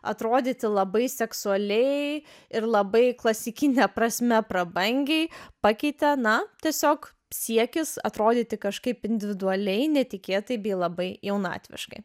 atrodyti labai seksualiai ir labai klasikine prasme prabangiai pakeitė na tiesiog siekis atrodyti kažkaip individualiai netikėtai bei labai jaunatviškai